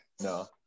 No